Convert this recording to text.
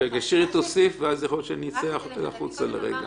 שירי: שאינו מוסמך לקבלה.